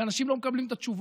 ואנשים לא מקבלים את התשובות,